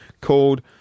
called